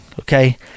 Okay